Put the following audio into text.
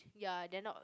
ya dare not